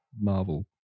Marvel